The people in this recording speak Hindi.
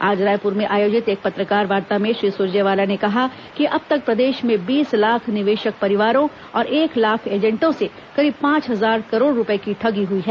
आज रायपुर में आयोजित एक पत्रकारवार्ता में श्री सुरजेवाला ने कहा कि अब तक प्रदेश में बीस लाख निवेशक परिवारों और एक लाख एजेंटों से करीब पांच हजार करोड़ रूपये की ठगी हुई है